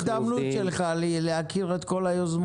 אנחנו עובדים --- זו ההזדמנות שלך להכיר את כל היוזמות.